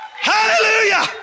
Hallelujah